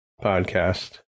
podcast